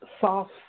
soft